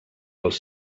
els